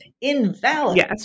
invalid